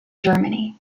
germany